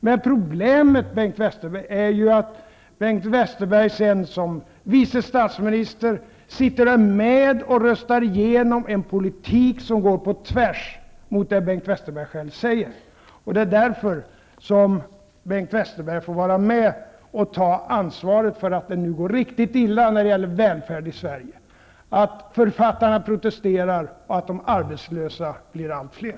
Men problemet är ju att Bengt Westerberg sedan som vice statsminister är med och röstar igenom en politik som går på tvärs mot det som Bengt Westerberg själv säger. Det är därför som Bengt Westerberg får vara med och ta ansvaret för att det nu går riktigt illa när det gäller välfärd i Sverige, för att författarna protesterar och för att de arbetslösa blir allt fler.